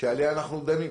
ועליה אנחנו דנים.